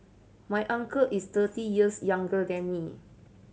my uncle is thirty years younger than me